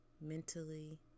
mentally